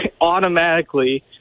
automatically